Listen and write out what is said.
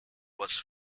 was